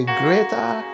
greater